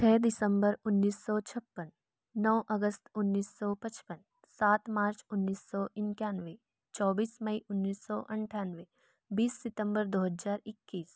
छः दिसंबर उन्नीस सौ छप्पन नौ अगस्त उन्नीस सौ पचपन सात मार्च उन्नीस सौ इक्यानवे चौबीस मई उन्नीस सौ अट्ठानवे बीस सितंबर दो हज़ार इक्कीस